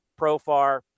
profar